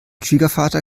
schwiegervater